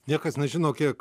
niekas nežino kiek